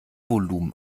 volumen